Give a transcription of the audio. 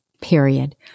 period